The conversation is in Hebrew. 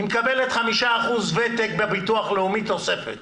היא מקבלת חמישה אחוזי ותק בביטוח הלאומי, תוספת